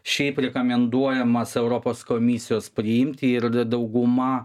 šiaip rekomenduojamas europos komisijos priimti ir dauguma